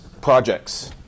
projects